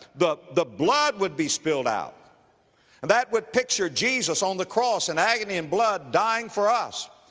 the, the blood would be spilled out, and that would picture jesus on the cross, in agony and blood, dying for us.